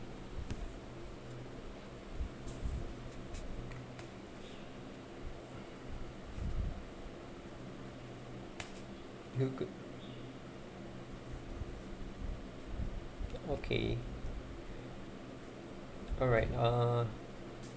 okay alright uh